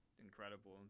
incredible